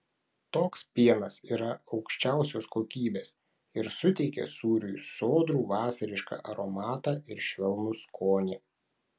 toks pienas yra aukščiausios kokybės ir suteikia sūriui sodrų vasarišką aromatą ir švelnų skonį